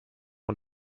und